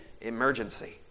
emergency